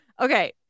Okay